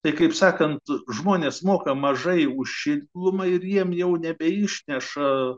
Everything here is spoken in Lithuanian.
tai kaip sakant žmonės moka mažai už šilumą ir jiems jau nebeišneša